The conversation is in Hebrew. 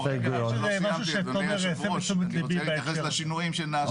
לשינוי שנעשה